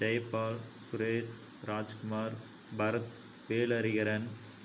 Jayapal Suresh Rajkumar Bharat வேல்ஹரிஹரன்